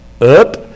up